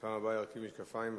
בפעם הבאה ארכיב משקפיים.